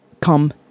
come